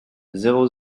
zéro